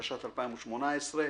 התשע"ט-2018.